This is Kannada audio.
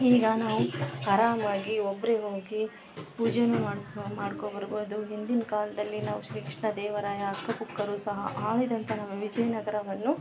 ಈಗ ನಾವು ಆರಾಮಾಗಿ ಒಬ್ಬರೆ ಹೋಗಿ ಪೂಜೇ ಮಾಡಿಸ್ಕೊ ಮಾಡ್ಕೋಬರ್ಬೋದು ಹಿಂದಿನ ಕಾಲದಲ್ಲಿ ನಾವು ಶ್ರೀ ಕೃಷ್ಣ ದೇವರಾಯ ಹಕ್ಕ ಬುಕ್ಕರು ಸಹ ಆಳಿದಂಥ ನಮ್ಮ ವಿಜಯನಗರವನ್ನು